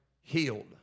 healed